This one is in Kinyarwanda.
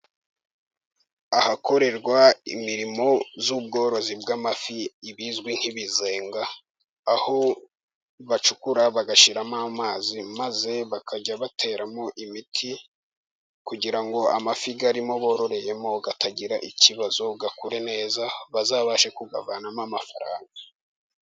Ahakorerwa imirimo y'ubworozi bw'amafi ibizwi nk'ibizenga aho bacukura bagashiramo amazi, maze bakajya bateramo imiti kugira ngo amafi arimo bororeyemo atagira ikibazo ugakure neza bazabashe kuyavanamo amafaranga.